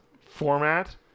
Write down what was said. format